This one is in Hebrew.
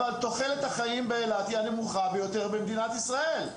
אבל תוחלת החיים באילת היא הנמוכה ביותר במדינת ישראל.